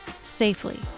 safely